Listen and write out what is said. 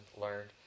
learned